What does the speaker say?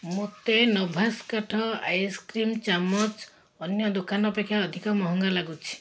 ମୋତେ ନୋଭାସ୍କ୍ କାଠ ଆଇସ୍କ୍ରିମ୍ ଚାମଚ ଅନ୍ୟ ଦୋକାନ ଅପେକ୍ଷା ଅଧିକ ମହଙ୍ଗା ଲାଗୁଛି